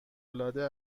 العاده